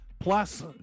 Plus